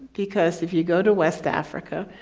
because if you go to west africa,